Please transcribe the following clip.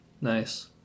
nice